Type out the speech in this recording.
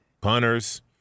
punters